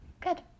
good